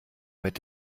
mit